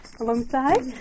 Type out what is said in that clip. alongside